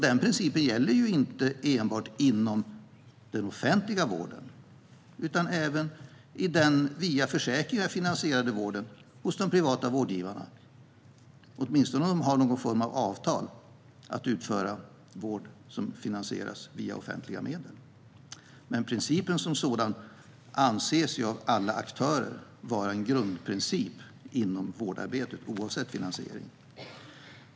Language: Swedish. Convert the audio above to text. Den principen gäller inte enbart inom den offentliga vården utan även i den via försäkringar finansierade vården hos de privata vårdgivarna, åtminstone de som har någon form av avtal om att även utföra vård som finansieras via offentliga medel. Principen som sådan anses av alla aktörer vara en grundprincip inom vårdarbetet, oavsett finansiering.